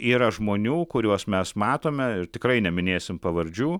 yra žmonių kuriuos mes matome ir tikrai neminėsim pavardžių